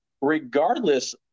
regardless